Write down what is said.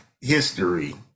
History